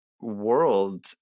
world